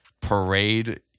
parade